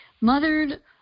mothered